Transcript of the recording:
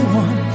one